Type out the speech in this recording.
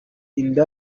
inda